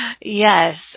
Yes